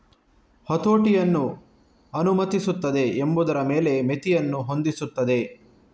ಹತೋಟಿಯನ್ನು ಅನುಮತಿಸುತ್ತದೆ ಎಂಬುದರ ಮೇಲೆ ಮಿತಿಯನ್ನು ಹೊಂದಿಸುತ್ತದೆ